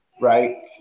right